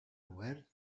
obert